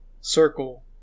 circle